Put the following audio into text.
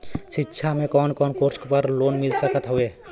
शिक्षा मे कवन कवन कोर्स पर लोन मिल सकत हउवे?